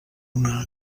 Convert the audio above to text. una